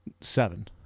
Seven